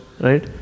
Right